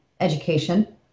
education